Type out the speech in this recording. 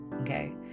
okay